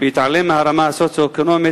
בהתעלם מהרמה הסוציו-אקונומית,